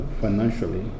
financially